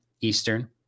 eastern